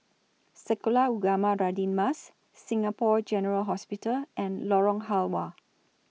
Sekolah Ugama Radin Mas Singapore General Hospital and Lorong Halwa